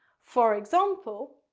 for example,